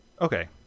Okay